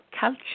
Culture